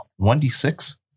1d6